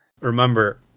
remember